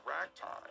ragtime